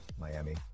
miami